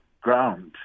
ground